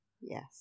Yes